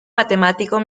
matemático